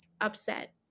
upset